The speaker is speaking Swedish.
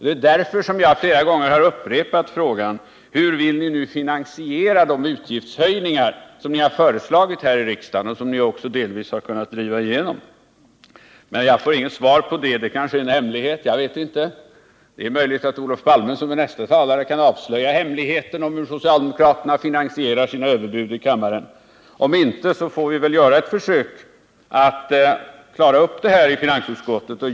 Det är därför jag flera gånger har upprepat frågan: Hur vill ni finansiera de utgiftshöjningar som ni har föreslagit här i riksdagen och delvis också har kunnat driva igenom? Men jag får inget svar på den frågan. Det är kanske en hemlighet. Det är möjligt att Olof Palme, som är näste talare, kan avslöja hemligheten med hur socialdemokraterna finansierar sina överbud. Om inte, får vi väl göra ett försök att klara ut detta i finansutskottet.